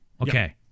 Okay